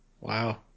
Wow